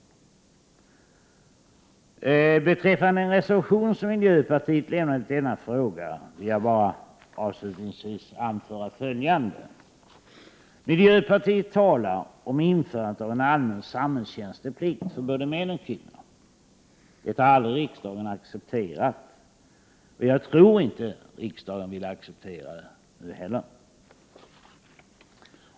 Beträffande den reservation som miljöpartiet avgivit i denna fråga vill jag avslutningsvis anföra följande. Miljöpartiet talar om införande av en allmän samhällstjänsteplikt för både män och kvinnor. Detta har aldrig riksdagen accepterat, och jag tror inte att riksdagen vill acceptera det nu heller.